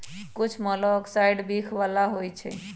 कुछ मोलॉक्साइड्स विख बला होइ छइ